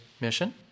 mission